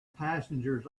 passengers